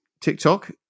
TikTok